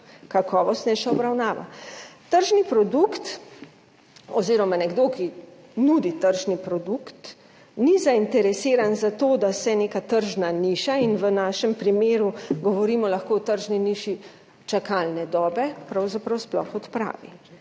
kakovostnejšo obravnavo. Tržni produkt oziroma nekdo, ki nudi tržni produkt, ni zainteresiran za to, da se neka tržna niša – in v našem primeru lahko o govorimo tržni niši čakalne dobe – pravzaprav sploh odpravi.